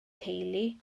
teulu